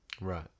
Right